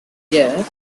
yet